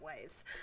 ways